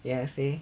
ya see